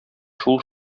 шул